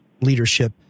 leadership